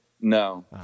No